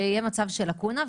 שיהיה מצב של לקונה,